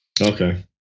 Okay